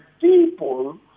people